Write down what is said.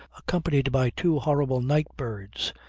accompanied by two horrible night-birds,